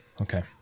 okay